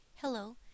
Hello